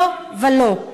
לא ולא.